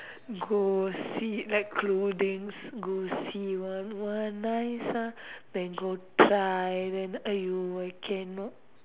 go see like clothing go see !wah! !wah! nice ah then go try then !aiyo! I cannot